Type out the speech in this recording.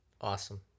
awesome